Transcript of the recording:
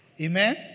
Amen